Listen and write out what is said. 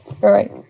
right